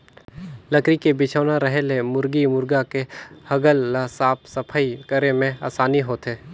लकरी के बिछौना रहें ले मुरगी मुरगा के हगल ल साफ सफई करे में आसानी होथे